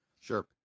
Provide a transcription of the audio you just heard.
Sure